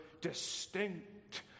distinct